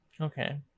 Okay